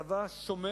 צבא שומר